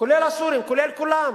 כולל הסונים, כולל כולם.